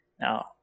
Now